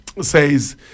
says